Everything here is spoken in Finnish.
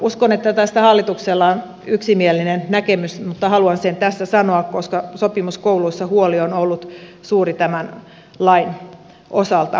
uskon että tästä hallituksella on yksimielinen näkemys mutta haluan sen tässä sanoa koska sopimuskouluissa huoli on ollut suuri tämän lain osalta